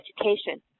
education